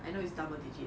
I know it's double digit